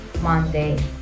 Monday